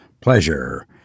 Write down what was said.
pleasure